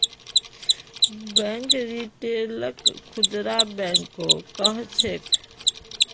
bank रिटेलक खुदरा बैंको कह छेक